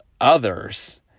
others